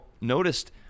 noticed